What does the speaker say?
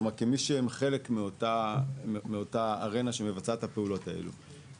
כמי שהם חלק מאותה ארנה שמבצעת את הפעולות האלו.